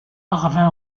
parvient